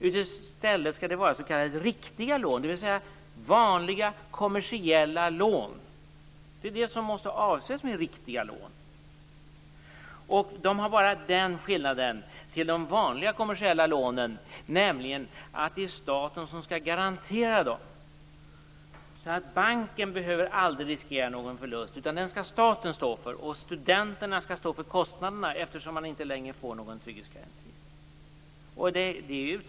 I stället skall det vara s.k. riktiga lån, dvs. vanliga kommersiella lån. Det är väl det som måste avses med "riktiga lån". Skillnaden jämfört med vanliga kommersiella lån är att det är staten som skall stå som garant. Banken behöver aldrig riskera någon förlust, utan den skall staten stå för. Studenterna skall stå för kostnaderna, eftersom man inte längre får någon trygghetsgaranti.